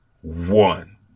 one